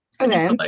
Okay